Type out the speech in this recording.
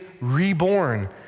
reborn